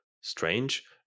strange